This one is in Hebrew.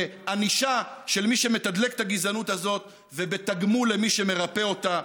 בענישה של מי שמתדלק את הגזענות הזאת ובתגמול למי שמרפא אותה.